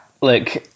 look